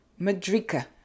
Madrika